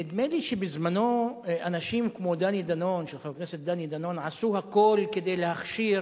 נדמה לי שבזמנו אנשים כמו חבר הכנסת דני דנון עשו הכול כדי להכשיר